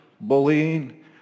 bullying